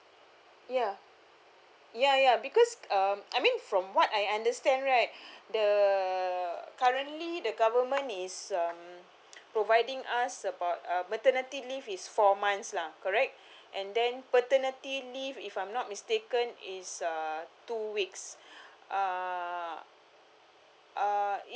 ya ya ya because um I mean from what I understand right the currently the government is uh providing us about uh maternity leave is four months lah correct and then paternity leave if I'm not mistaken is uh two weeks uh uh